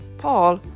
Paul